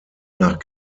nach